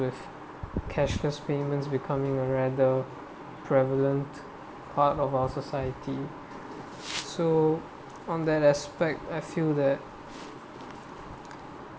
with cashless payment becoming a rather prevalent part of our society so on that aspect I feel that